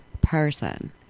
person